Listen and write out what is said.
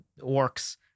orcs